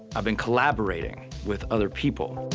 i've been collaborating with other people.